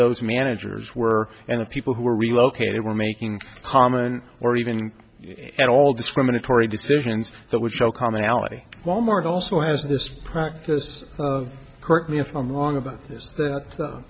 those managers were and the people who were relocated were making common or even at all discriminatory decisions that would show commonality wal mart also has this practice hurt me if i'm wrong about th